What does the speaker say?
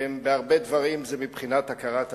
ובהרבה דברים זה מבחינת הכרת הטוב.